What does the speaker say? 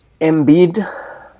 Embiid